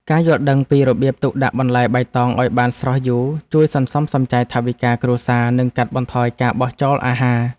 ការយល់ដឹងពីរបៀបទុកដាក់បន្លែបៃតងឱ្យបានស្រស់យូរជួយសន្សំសំចៃថវិកាគ្រួសារនិងកាត់បន្ថយការបោះចោលអាហារ។